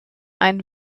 ein